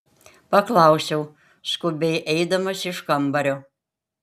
paklausiau skubiai eidamas iš kambario